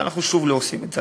אבל אנחנו שוב לא עושים את זה.